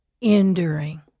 enduring